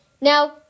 Now